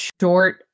short